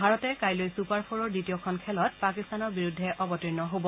ভাৰতে কাইলৈ ছুপাৰ ফৰৰ দ্বিতীয়খন খেলত পাকিস্তানৰ বিৰুদ্ধে অৱতীৰ্ণ হব